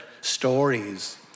stories